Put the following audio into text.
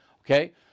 Okay